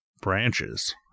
branches